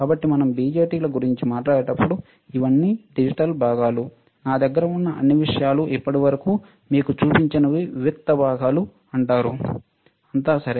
కాబట్టి మనం BJT ల గురించి మాట్లాడేటప్పుడు ఇవన్నీ డిజిటల్ భాగాలు నా దగ్గర ఉన్న అన్ని విషయాలు ఇప్పటి వరకు మీకు చూపించినవి వివిక్త భాగాలు అంటారు అంతా సరే